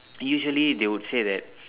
usually they would say that